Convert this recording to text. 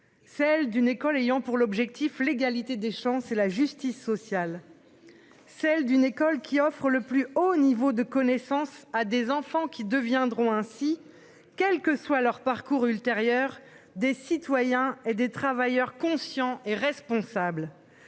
celle d'une école ayant pour l'objectif, l'égalité des chances et la justice sociale. Celle d'une école qui offrent le plus haut niveau de connaissances à des enfants qui deviendront ainsi quel que soit leur parcours ultérieur des citoyens et des travailleurs conscients et responsables.